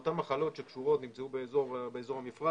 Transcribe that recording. אלה אותן מחלות שקשורות שנמצאו באזור המפרץ